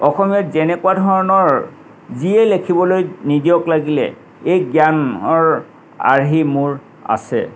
অসমীয়াত যেনেকুৱা ধৰণৰ যিয়েই লেখিবলৈ নিদিয়ক লাগিলে এই জ্ঞানৰ আৰ্হি মোৰ আছে